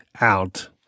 out